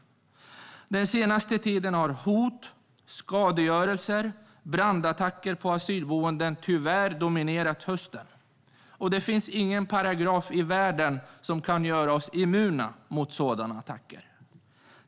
Under hösten har hot, skadegörelse och brandattacker mot asylboenden tyvärr dominerat. Det finns ingen paragraf i världen som kan göra oss immuna mot sådana attacker.